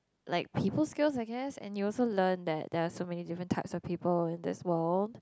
like people skill I guess and you also learn that there are many different types of people in this world